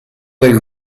del